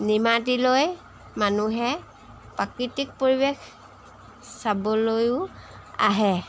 নিমাতীলৈ মানুহে প্ৰাকৃতিক পৰিৱেশ চাবলৈও আহে